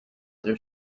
their